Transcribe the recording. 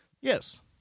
Yes